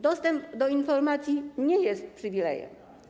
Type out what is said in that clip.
Dostęp do informacji nie jest przywilejem.